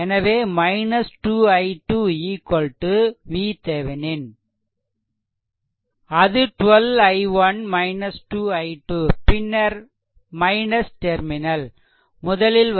அது 12 i1 2 i2 பின்னர் - terminal முதலில் வருகிறது